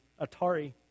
Atari